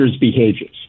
behaviors